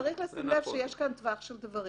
צריך לשים לב שיש כאן טווח של דברים.